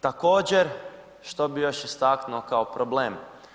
Također, što bih još istaknuo kao problem.